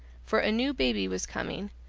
for a new baby was coming,